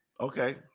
okay